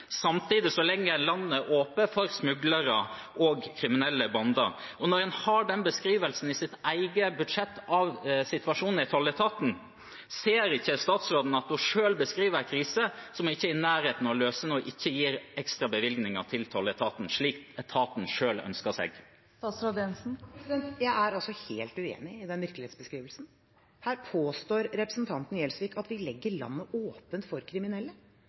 samtidig som man legger landet åpent for smuglere og kriminelle bander. Når en i sitt eget budsjett har den beskrivelsen av situasjonen i tolletaten, ser ikke statsråden at hun selv beskriver en krise som hun ikke er i nærheten av å løse når hun ikke gir ekstrabevilgninger til tolletaten, slik etaten selv ønsker seg? Jeg er helt uenig i den mistillitsbeskrivelsen. Her påstår representanten Gjelsvik at vi legger landet åpent for kriminelle.